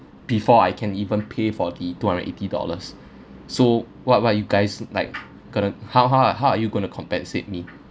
before I can even pay for the two hundred and eighty dollars so what what are you guys like going to how how how are you going to compensate me